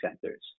centers